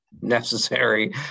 necessary